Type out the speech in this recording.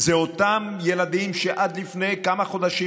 אלה אותם ילדים שעד לפני כמה חודשים